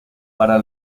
para